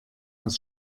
aus